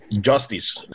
justice